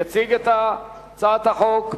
יציג את הצעת החוק,